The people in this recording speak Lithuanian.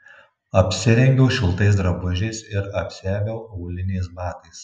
apsirengiau šiltais drabužiais ir apsiaviau auliniais batais